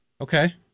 Okay